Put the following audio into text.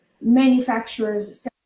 manufacturers